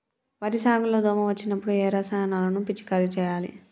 వరి సాగు లో దోమ వచ్చినప్పుడు ఏ రసాయనాలు పిచికారీ చేయాలి?